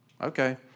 Okay